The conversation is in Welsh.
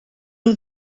nhw